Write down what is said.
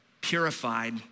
purified